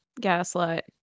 Gaslight